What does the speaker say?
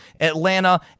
Atlanta